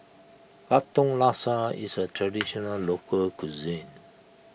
Katong Laksa is a Traditional Local Cuisine